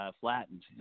flattened